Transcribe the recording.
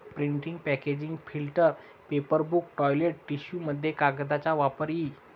printing packaging filter paper book toilet टिश्यूमध्ये कागदाचा वापर इ